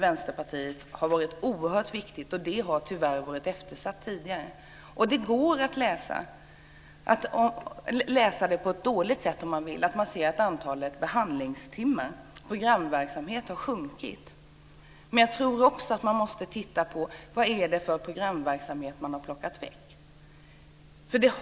Det har tyvärr varit eftersatt tidigare. Vi ser att antalet behandlingstimmar i programverksamheten har minskat. Det går att tolka det negativt, men jag tror också att man måste titta på vilken programverksamhet som har plockats bort.